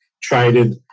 traded